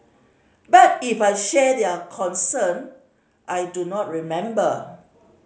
but if I shared their concern I do not remember